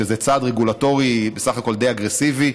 שזה צעד רגולטורי בסך הכול די אגרסיבי,